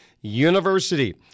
University